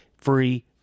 free